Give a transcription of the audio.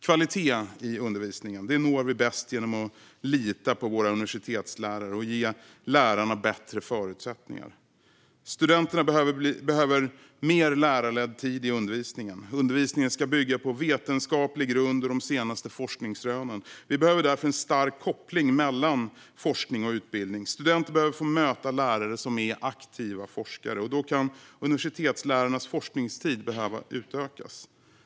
Kvalitet i undervisningen når vi bäst genom att lita på våra universitetslärare och genom att ge lärarna bättre förutsättningar. Studenterna behöver mer lärarledd tid i undervisningen. Undervisningen ska bygga på vetenskaplig grund och de senaste forskningsrönen. Vi behöver därför en stark koppling mellan forskning och utbildning. Studenter behöver få möta lärare som är aktiva forskare, och då kan universitetslärarnas forskningstid behöva utökas.